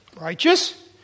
Righteous